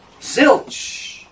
Zilch